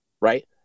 right